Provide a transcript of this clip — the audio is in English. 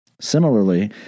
Similarly